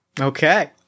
Okay